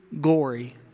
glory